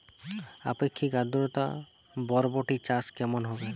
আপেক্ষিক আদ্রতা বরবটি চাষ কেমন হবে?